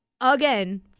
again